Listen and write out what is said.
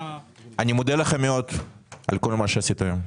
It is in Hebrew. אני מודה לך מאוד על כל מה שעשית היום.